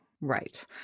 Right